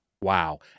Wow